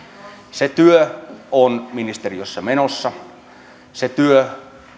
se työ on ministeriössä menossa se työ